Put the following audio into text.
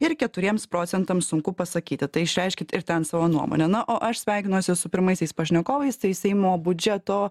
ir keturiems procentams sunku pasakyti tai išreiškit ir ten savo nuomonę na o aš sveikinuosi su pirmaisiais pašnekovais tai seimo budžeto